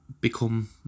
become